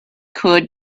could